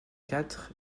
quatre